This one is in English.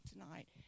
tonight